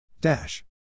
Dash